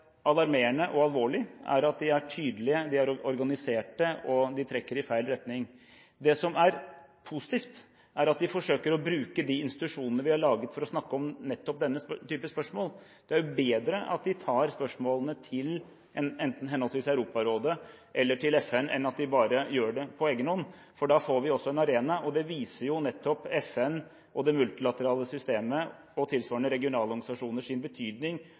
alarmerende og alvorlig, er at de er tydelige, de er organiserte, og de trekker i feil retning. Det som er positivt, er at de forsøker å bruke de institusjonene vi har laget for å snakke om nettopp denne typen spørsmål. Det er bedre at de tar spørsmålene til enten Europarådet eller FN enn at de bare gjør det på egen hånd, for da får vi også en arena. Det viser betydningen til FN og det multilaterale systemet og tilsvarende